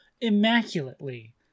immaculately